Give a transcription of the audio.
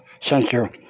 censor